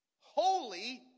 Holy